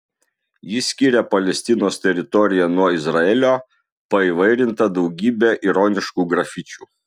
ji skiria palestinos teritoriją nuo izraelio paįvairinta daugybe ironiškų grafičių